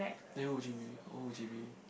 then would you be with what would you be with